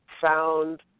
found